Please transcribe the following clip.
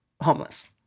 homeless